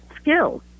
skills